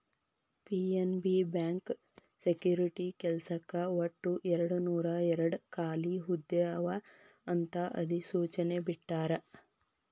PNB bank security ಕೆಲ್ಸಕ್ಕ ಒಟ್ಟು ಎರಡನೂರಾಯೇರಡ್ ಖಾಲಿ ಹುದ್ದೆ ಅವ ಅಂತ ಅಧಿಸೂಚನೆ ಬಿಟ್ಟಾರ